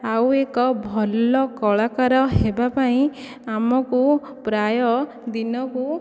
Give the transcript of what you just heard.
ଆଉ ଏକ ଭଲ କଳାକାର ହେବା ପାଇଁ ଆମକୁ ପ୍ରାୟ ଦିନକୁ